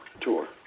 tour